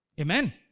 Amen